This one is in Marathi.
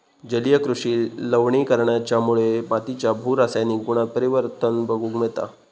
जलीय कृषि लवणीकरणाच्यामुळे मातीच्या भू रासायनिक गुणांत परिवर्तन बघूक मिळता